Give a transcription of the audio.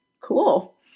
cool